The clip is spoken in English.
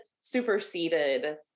superseded